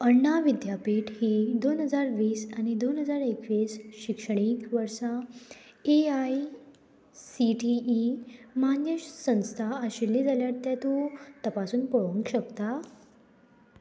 अण्णा विद्यापीठ ही दोन हजार वीस आनी दोन हजार एकवीस शिक्षणीक वर्सा A I C T E मान्य संस्था आशिल्ली जाल्यार तें तूं तपासून पळोवंक शकता